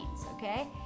okay